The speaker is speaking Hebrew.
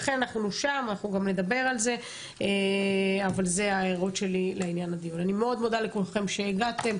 אני מאוד מודה לכולכם שהגעתם.